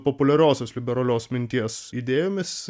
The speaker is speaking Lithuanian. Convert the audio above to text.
populiariosios liberalios minties idėjomis